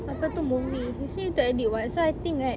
apa tu movie you still need to edit [what] so I think right